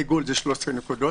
בעיגול זה 13 נקודות,